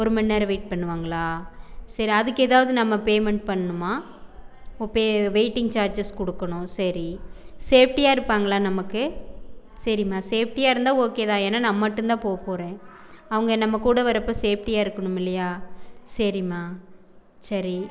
ஒரு மணி நேரம் வெயிட் பண்ணுவாங்களா சரி அதுக்கு ஏதாவது நம்ம பேமெண்ட் பண்ணணுமா ஒ பே வெயிட்டிங் சார்ஜஸ் கொடுக்கணும் சரி சேஃப்ட்டியாக இருப்பாங்களா நமக்கு சரிம்மா சேஃப்ட்டியாக இருந்தால் ஓகே தான் ஏன்னால் நான் மட்டும் தான் போக போகிறேன் அவங்க நம்ம கூட வரப்போ சேஃப்ட்டியாக இருக்கணும் இல்லையா சரிம்மா சரி